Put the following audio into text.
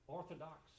Orthodox